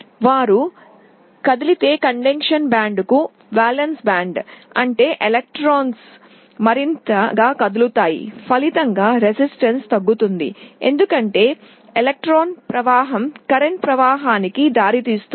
వారు కదిలితే కండక్షన్ బ్యాండ్కు వాలెన్స్ బ్యాండ్ అంటే ఎలక్ట్రాన్లు మరింత మొబైల్ అవుతాయి ఫలితంగా నిరోధకత తగ్గుతుంది ఎందుకంటే ఎలక్ట్రాన్ల ప్రవాహం కరెంట్ ప్రవాహానికి దారితీస్తుంది